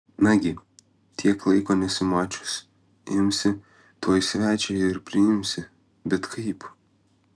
nagi tiek laiko nesimačius imsi tuoj svečią ir priimsi bet kaip